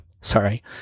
sorry